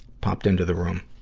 popped into the room.